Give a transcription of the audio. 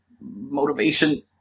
motivation